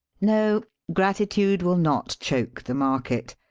no! gratitude will not choke the market.